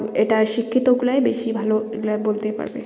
এটা শিক্ষিতগুলাই বেশি ভালো এগুলা বলতে পারবে